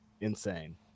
insane